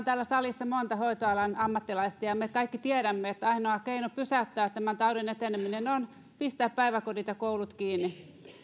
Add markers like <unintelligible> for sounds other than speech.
<unintelligible> täällä salissa monta hoitoalan ammattilaista ja me kaikki tiedämme että ainoa keino pysäyttää tämän taudin eteneminen on pistää päiväkodit ja koulut kiinni